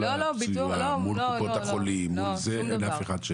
מול הסביבה, מול קופות החולים, אין אף אחד?